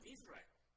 Israel